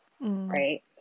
right